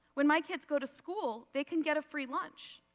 when why kids go to school they can get a free lunch.